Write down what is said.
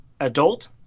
adult